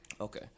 okay